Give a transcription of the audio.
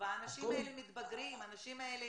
והאנשים האלה מתבגרים, האנשים האלה,